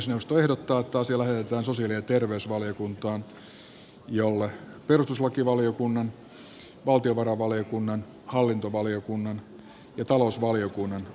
puhemiesneuvosto ehdottaa että asia lähetetään sosiaali ja terveysvaliokuntaan jolle perustuslakivaliokunnan valtiovarainvaliokunnan hallintovaliokunnan ja talousvaliokunnan on annettava lausunto